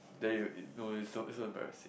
there you no it's so it's so embarrassing